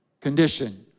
Condition